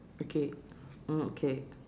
okay mm K